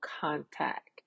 contact